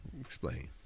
Explain